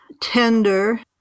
tender